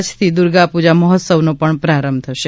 આજથી દુર્ગા પુજા મહોત્સવનો પણ પ્રારંભ થશે